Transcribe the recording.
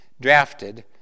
drafted